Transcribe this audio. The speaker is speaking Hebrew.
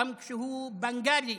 גם כשהוא בנגלי.